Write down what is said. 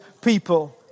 people